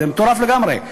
זה מטורף לגמרי.